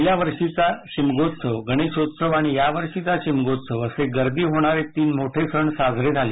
गेल्या वर्षीच्या शिमगोत्सव गणेशोत्सव आणि यावर्षीचा शिमगोत्सव असे गर्दी होणारे तीन मोठे सण साजरे झाले